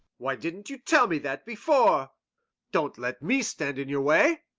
why didn't you tell me that before don't let me stand in your way.